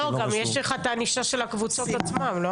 יש גם את הענישה של הקבוצות עצמן.